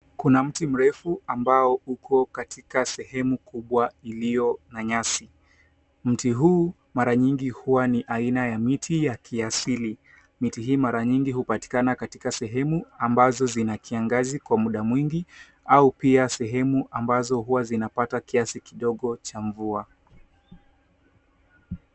Kuna mti mrefu ambao uko katika sehemu kubwa iliyo na nyasi. Mti huu mara nyingi huwa ni aina ya miti ya kiasili. Miti hii mara nyingi hupatikana katika sehemu ambazo zinakiangazi kwa muda mwingi au pia sehemu ambazo huwa zinapata kiasi kidogo cha mvua.